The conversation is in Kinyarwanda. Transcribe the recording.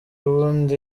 ubundi